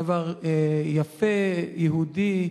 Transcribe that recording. דבר יפה, יהודי,